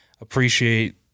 appreciate